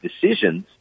decisions